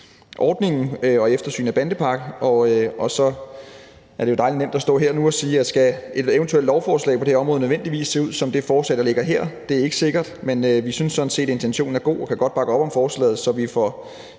ordningen og eftersyn af bandepakken. Og så er det jo dejligt nemt at stå her og sige nu, at skal et eventuelt lovforslag på det her område nødvendigvis se ud som det forslag, der ligger her? Det er ikke sikkert, men vi synes sådan set, at intentionen er god, og vi kan godt bakke op om forslaget, så vi får